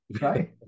right